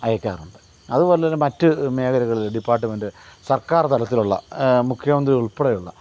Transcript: അയക്കാറുണ്ട് അതുപോലെ തന്നെ മറ്റ് മേഖലകളിൽ ഡിപ്പാർട്ട്മെൻറ്റ് സർക്കാർ തലത്തിൽ ഉള്ള മുഖ്യമന്ത്രി ഉൾപ്പെടെയുള്ള